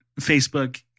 Facebook